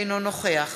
אינו נוכח